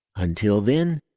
until then,